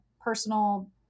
personal